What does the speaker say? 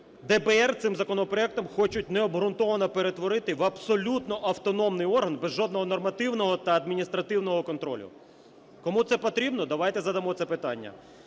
ДБР цим законопроектом хочуть необґрунтовано перетворити в абсолютно автономний орган без жодного нормативного та адміністративного контролю. Кому це потрібно? Давайте задамо це питання.